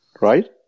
Right